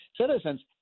citizens